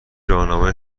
راهنمای